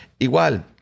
Igual